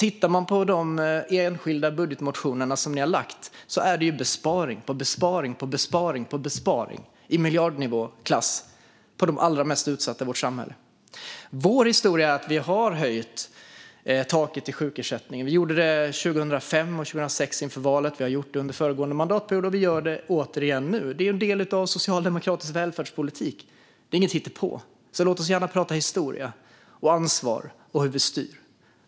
I de enskilda budgetmotioner som ni har lagt fram är det besparing på besparing i miljardklassen på de allra mest utsatta i vårt samhälle. Vår historia är att vi har höjt taket i sjukersättningen. Vi gjorde det 2005 och 2006 inför valet. Vi gjorde det under förra mandatperioden. Vi gör det återigen nu. Det är en del av socialdemokratisk välfärdspolitik. Det är inget hittepå. Låt oss gärna prata om historia och ansvar och om hur vi styr!